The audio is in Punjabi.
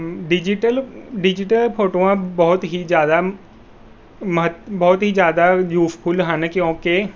ਡਿਜੀਟਲ ਡਿਜੀਟਲ ਫੋਟੋਆਂ ਬਹੁਤ ਹੀ ਜ਼ਿਆਦਾ ਮਹੱਤ ਬਹੁਤ ਹੀ ਜ਼ਿਆਦਾ ਯੂਸਫੁੱਲ ਹਨ ਕਿਉਂਕਿ